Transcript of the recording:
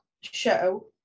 show